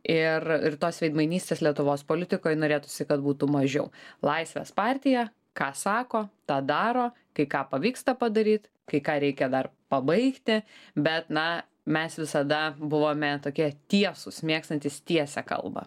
ir ir tos veidmainystės lietuvos politikoj norėtųsi kad būtų mažiau laisvės partija ką sako tą daro kai ką pavyksta padaryt kai ką reikia dar pabaigti bet na mes visada buvome tokie tiesūs mėgstantys tiesią kalba